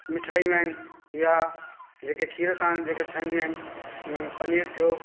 मिठायूं आहिनि या जेके खीर सां जेके ठहंदियूं आहिनि पनीर थियो